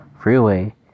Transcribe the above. freeway